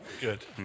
Good